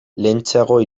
lehentxeago